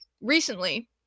recently